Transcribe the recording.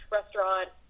restaurant